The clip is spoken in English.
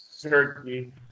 Turkey